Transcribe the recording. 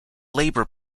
labour